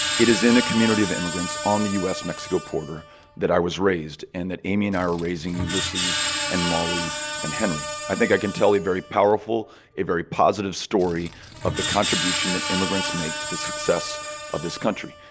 it is in a community of immigrants on the u s mexico border that i was raised and that amy and i are raising ulysses and molly and henry. i think i can tell a very powerful, a very positive story of the contribution that immigrants make to the success of this country.